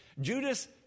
Judas